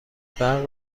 برق